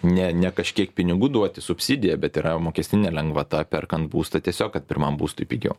ne ne kažkiek pinigų duoti subsidiją bet yra mokestinė lengvata perkant būstą tiesiog kad pirmam būstui pigiau